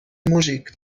músic